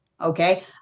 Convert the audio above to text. okay